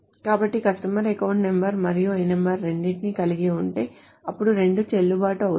కాబట్టి customer account number మరియు lno రెండింటినీ కలిగి ఉంటే అప్పుడు రెండూ చెల్లుబాటు అవుతాయి